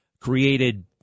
created